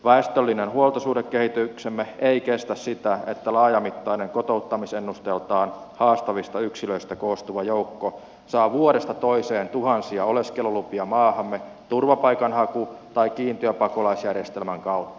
väestöllinen huoltosuhdekehityksemme ei kestä sitä että laajamittainen kotouttamisennusteeltaan haastavista yksilöistä koostuva joukko saa vuodesta toiseen tuhansia oleskelulupia maahamme turvapaikanhaku tai kiintiöpakolaisjärjestelmän kautta